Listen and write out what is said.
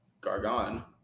Gargan